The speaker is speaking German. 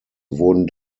wurden